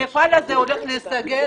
המפעל הזה הולך להיסגר.